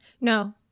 No